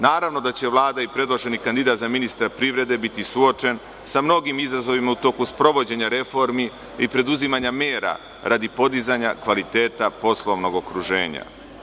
Naravno da će Vlada i predloženi kandidat za ministra privrede biti suočeni sa mnogim izazovima u toku sprovođenja reformi i preduzimanja mera radi podizanja kvaliteta poslovnog okruženja.